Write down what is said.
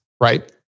right